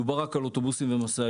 מדובר רק על אוטובוסים ומשאיות.